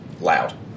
Loud